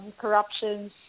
corruptions